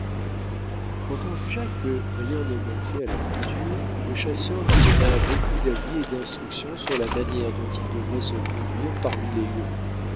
quand on jugea que rien ne manquait à la peinture le chasseur lui donna beaucoup d'avis et d'instructions sur la manière dont il devrait se conduire parmi les